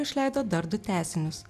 išleido dar du tęsinius